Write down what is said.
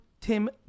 Tim